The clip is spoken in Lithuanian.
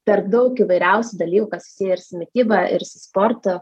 per daug įvairiausių dalykų kas susiję ir su mityba ir su sportu